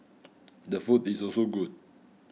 the food is also good